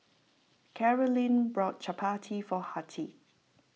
Carolyn bought Chapati for Hattie